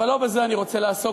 אבל לא בזה אני רוצה לעסוק.